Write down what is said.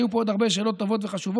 היו פה עוד הרבה שאלות טובות וחשובות,